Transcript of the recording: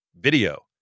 video